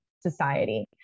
society